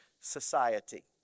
society